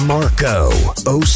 Marco